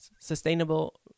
sustainable